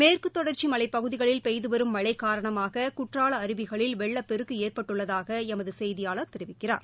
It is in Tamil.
மேற்கு தொடர்ச்சி மலைப்பகுதிகளில் பெய்து வரும் மழை காரணமாக குற்றால அருவிகளில் வெள்ளப்பெருக்கு ஏற்பட்டுள்ளதாக எமது செயதியாளர் தெரிவிக்கிறார்